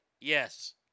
Yes